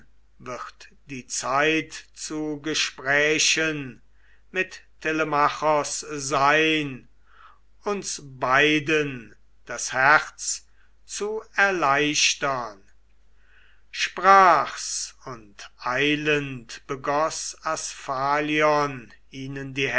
wird die zeit zu gesprächen mit telemachos sein uns beiden das herz zu erleichtern sprach's und eilend begoß asphalion ihnen